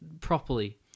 properly